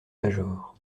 major